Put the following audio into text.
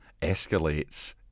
escalates